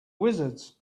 wizards